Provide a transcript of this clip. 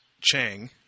Chang